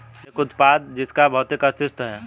एक उत्पाद जिसका भौतिक अस्तित्व है?